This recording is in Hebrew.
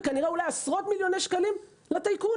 וכנראה אולי עשרות מיליוני שקלים לטייקונים.